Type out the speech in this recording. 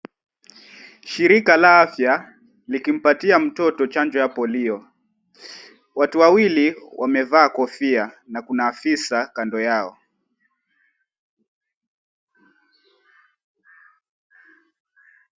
Shirika la afya likimpatia mtoto chanjo ya Polio. Watu wawili wamevaa kofia na kuna afisa kando yao.